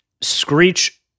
Screech